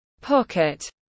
pocket